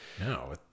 no